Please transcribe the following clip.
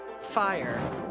Fire